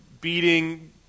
beating